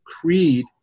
creed